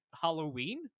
Halloween